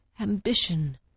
ambition